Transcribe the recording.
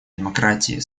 демократии